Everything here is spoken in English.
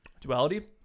Duality